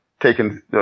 taken